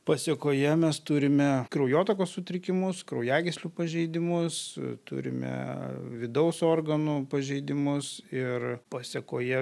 pasekoje mes turime kraujotakos sutrikimus kraujagyslių pažeidimus turime vidaus organų pažeidimus ir pasekoje